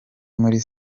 muri